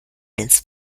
ins